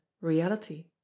reality